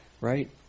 right